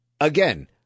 again